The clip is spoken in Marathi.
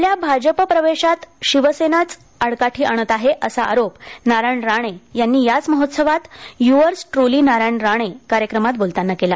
आपल्या भाजप प्रवेशात शिवसेनाच आडकाठी आणत आहे असा आरोप नारायण राणे यांनी याच महोत्सवात युवर्स ट्रूली नारायण राणे कार्यक्रमात बोलताना केला